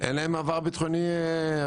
אין להם עבר ביטחוני רעוע.